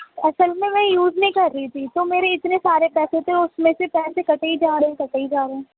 اصل میں میں یوز نہیں کر رہی تھی تو میرے اتنے سارے پیسے تھے اس میں سے پیسے کٹے ہی جا رہیں کٹے ہی جا رہیں